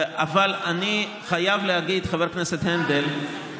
אבל אני חייב להגיד, חבר הכנסת הנדל,